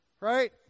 right